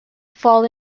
fall